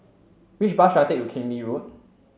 which bus should I take to Keng Lee Road